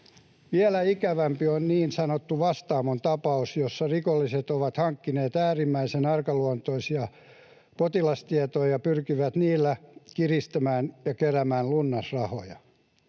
Vielä ikävämpi on niin sanottu Vastaamon tapaus, jossa rikolliset ovat hankkineet äärimmäisen arkaluontoisia potilastietoja ja pyrkivät niillä kiristämään ja keräämään lunnasrahoja.